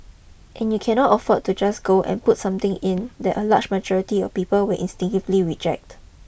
and you cannot afford to just go and put something in that a large majority of people will instinctively reject